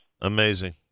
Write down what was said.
Amazing